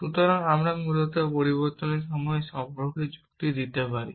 সুতরাং আমরা মূলত সময় বা পরিবর্তনের সময় সম্পর্কে যুক্তি দিতে পারি